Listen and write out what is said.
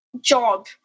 job